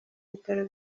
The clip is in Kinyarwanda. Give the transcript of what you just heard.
bitaro